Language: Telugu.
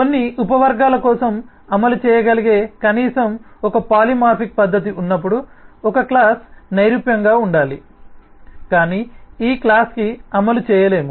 కొన్ని ఉపవర్గాల కోసం అమలు చేయగలిగే కనీసం ఒక పాలిమార్ఫిక్ పద్ధతి ఉన్నపుడు ఒకక్లాస్ నైరూప్యంగా ఉండాలి కాని ఈక్లాస్ కి అమలు చేయలేము